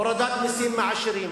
הורדת מסים מהעשירים,